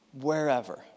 wherever